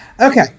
okay